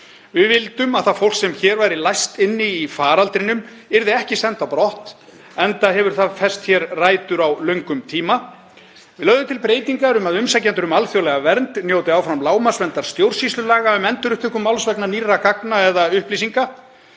Við vildum að það fólk sem hér væri læst inni í faraldrinum yrði ekki sent á brott, enda hefur það fest rætur á löngum tíma. Við lögðum til breytingar um að umsækjendur um alþjóðlega vernd njóti áfram lágmarksverndar stjórnsýslulaga um endurupptöku máls vegna nýrra gagna eða upplýsinga.